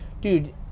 dude